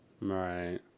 Right